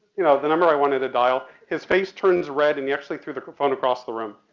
you know, the number i wanted to dial. his face turns red and he actually threw the phone across the room.